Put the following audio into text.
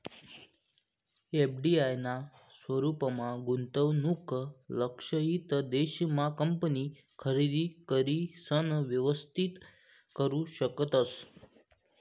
FDI ना स्वरूपमा गुंतवणूक लक्षयित देश मा कंपनी खरेदी करिसन व्यवस्थित करू शकतस